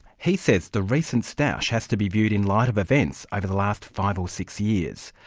he says the recent stoush has to be viewed in light of events over the last five or six years.